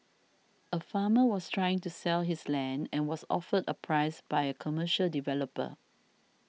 a farmer was trying to sell his land and was offered a price by a commercial developer